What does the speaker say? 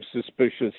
suspicious